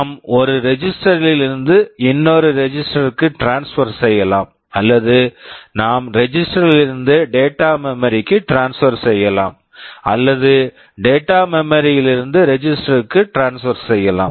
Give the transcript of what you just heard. நாம் ஒரு register register ல் இருந்து இன்னொரு ரெஜிஸ்டர் register க்கு ட்ரான்ஸ்பெர் transfer செய்யலாம் அல்லது நாம் ரெஜிஸ்டர் register ல் இருந்து டேட்டா மெமரி data memory க்கு ட்ரான்ஸ்பெர் transfer செய்யலாம் அல்லது டேட்டா மெமரி data memory ல் இருந்து ரெஜிஸ்டர் register க்கு ட்ரான்ஸ்பெர் transfer செய்யலாம்